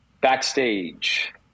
backstage